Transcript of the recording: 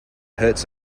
hurts